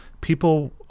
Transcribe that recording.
people